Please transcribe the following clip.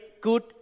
good